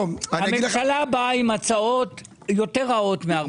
הממשלה באה עם הצעות יותר רעות מ-40%.